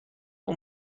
اون